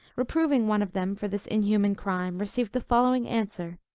reproving one of them for this inhuman crime, received the following answer